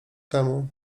temu